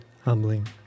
humbling